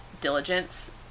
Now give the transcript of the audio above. diligence